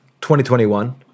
2021